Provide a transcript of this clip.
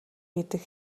гэдэг